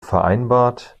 vereinbart